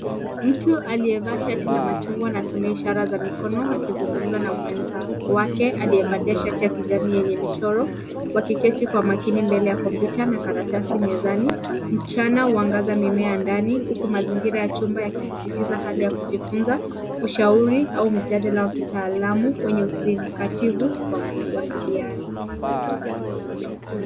Mtu aliyevaa shati la machungwa anatumia ishara za mikono akizungumza na mwenzake, aliyevalia shati la kijani yenye michoro, wakiketi kwa makini mbele ya kompyuta na karatasi mezani. Mchana huangaza mimea ya ndani huku mazingira ya chumba yakisisitiza hali ya kujifunza ushauri au mjadala wa kitaalamu wenye uzingatifu wa mawasiliano.